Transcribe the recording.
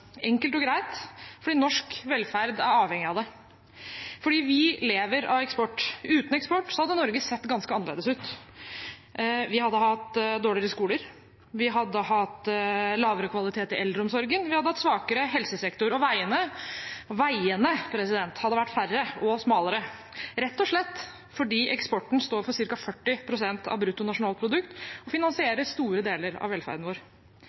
Enkelt og greit fordi norsk velferd er avhengig av det – for vi lever av eksport. Uten eksport hadde Norge sett ganske annerledes ut. Vi hadde hatt dårligere skoler, vi hadde hatt lavere kvalitet i eldreomsorgen, vi hadde hatt svakere helsesektor, og veiene hadde vært færre og smalere – rett og slett fordi eksporten står for ca. 40 pst. av bruttonasjonalproduktet og finansierer store deler av velferden vår.